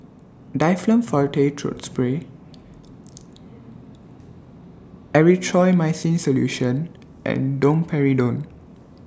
Difflam Forte Throat Spray Erythroymycin Solution and Domperidone